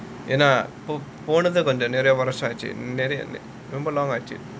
ஏனா போன தடவ கொஞ்சம் நிறையா வருஷ ஆச்சு ரொம்ப:yaenaa pona thadava konjam niraiyaa varusha aachu romba long ஆச்சு:achu